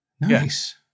Nice